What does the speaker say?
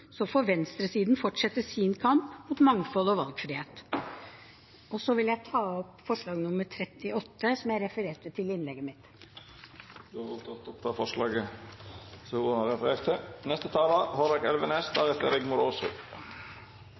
så får venstresiden fortsette sin kamp mot mangfold og valgfrihet. Jeg tar hermed opp forslag nr. 38, som jeg refererte til i mitt innlegg. Representanten Kari Kjønaas Kjos har teke opp det forslaget ho refererte til. Koronapandemien har